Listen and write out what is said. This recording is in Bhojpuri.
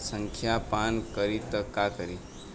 संखिया पान करी त का करी?